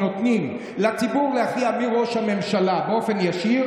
נותנים לציבור להכריע מי ראש הממשלה באופן ישיר.